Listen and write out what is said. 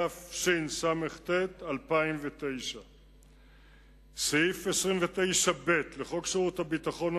התשס"ט 2009. סעיף 29ב(א) לחוק שירות ביטחון ,